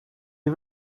you